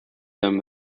them